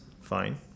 fine